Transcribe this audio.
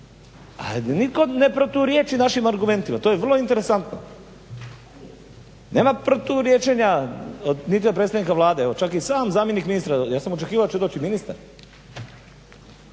a nitko ne proturječi našim argumentima, to je vrlo interesantno. Nema proturječnosti niti od predsjednika Vlade. Evo čak je i sam zamjenik ministra, ja sam očekivao da će doći i ministar